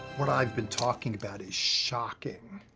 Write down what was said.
what i've been talking about is shocking,